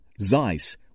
Zeiss